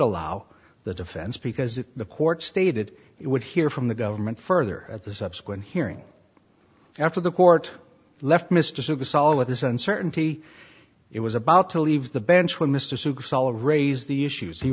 allow the defense because if the court stated it would hear from the government further at the subsequent hearing after the court left mr service all of this uncertainty it was about to leave the bench with mr sukh solid raise the issues he